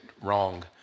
wrong